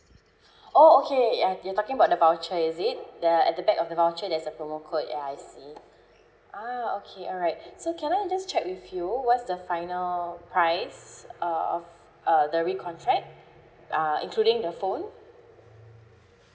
oh okay you are you are talking about the voucher is it the at the back of the voucher there's a promo code ya I see ah okay alright so can I just check with you what's the final price uh of uh the recontract uh including the phone